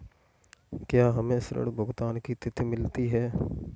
क्या हमें ऋण भुगतान की तिथि मिलती है?